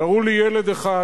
תראו לי ילד אחד